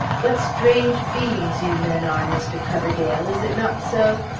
what strange beings you men are, mr. coverdale is it not so?